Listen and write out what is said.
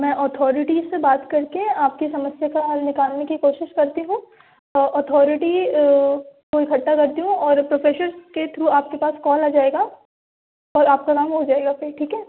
मैं अथॉरिटीज़ से बात करके आपकी समस्या का हल निकालने की कोशिश करती हूँ और अथॉरिटी को इकठ्ठा करती हूँ और प्रोफेसर के थ्रू आपके पास कॉल आ जाएगा और आपका काम हो जाएगा फिर ठीक है